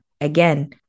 again